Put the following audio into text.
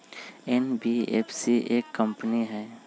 NBFC एक company हई?